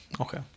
Okay